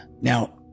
Now